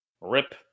Rip